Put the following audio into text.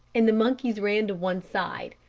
and the monkeys ran to one side,